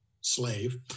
slave